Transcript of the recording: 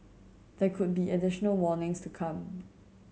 there could be additional warnings to come